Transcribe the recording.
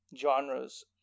genres